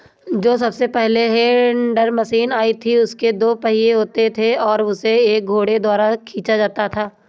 जो सबसे पहले हे टेडर मशीन आई थी उसके दो पहिये होते थे और उसे एक घोड़े द्वारा खीचा जाता था